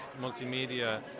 multimedia